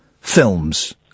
films